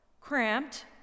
cramped